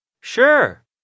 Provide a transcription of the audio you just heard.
Sure